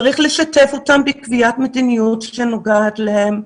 צריך לשתף אותם בקביעת מדיניות שנוגעת להם,